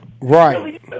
Right